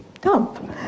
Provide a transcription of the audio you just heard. dump